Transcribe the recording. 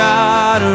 God